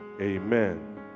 amen